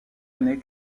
année